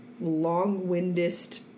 long-windest